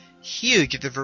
huge